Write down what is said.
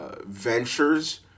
ventures